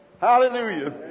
hallelujah